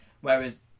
whereas